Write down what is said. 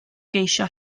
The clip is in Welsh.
geisio